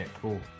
cool